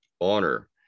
honor